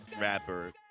rapper